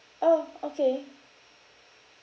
!ow! okay